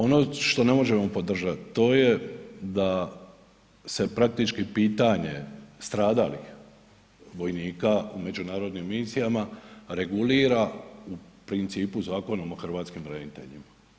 Ono što ne možemo podržat to je da se praktički pitanje stradalih vojnika u međunarodnim misijama regulira u principu Zakonom o hrvatskim braniteljima.